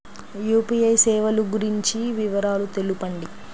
UPI సేవలు గురించి వివరాలు తెలుపండి?